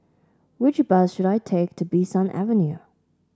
which bus should I take to Bee San Avenue